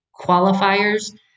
qualifiers